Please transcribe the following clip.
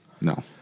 No